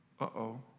Uh-oh